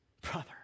brother